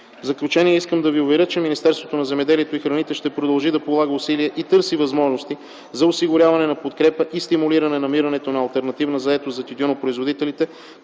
В заключение, искам да Ви уверя, че Министерството на земеделието и храните ще продължи да полага усилия и търси възможности за осигуряване на подкрепа и стимулиране намирането на алтернативна заетост за тютюнопроизводителите,